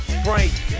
Frank